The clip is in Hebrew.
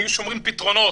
היו שומעים על פתרונות,